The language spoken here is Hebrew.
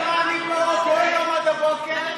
חלקכם פה עד 24:00, רובכם לא נמצאים בכלל.